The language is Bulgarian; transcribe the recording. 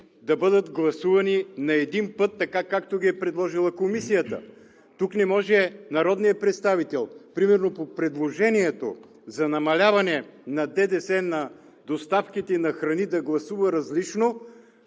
да бъдат гласувани на един път така, както ги е предложила Комисията. Не може народният представител примерно по предложението за намаляване на ДДС на доставките на храни да гласува различно,